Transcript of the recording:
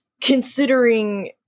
considering